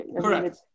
Correct